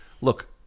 Look